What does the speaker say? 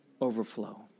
Overflow